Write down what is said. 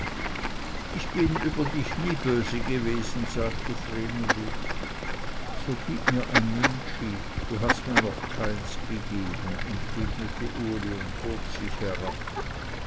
ich bin über dich nie böse gewesen sagte vreneli so gib mir ein müntschi du hast mir noch keins gegeben entgegnete uli und bog sich herab